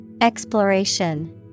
Exploration